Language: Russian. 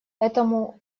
этому